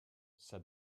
said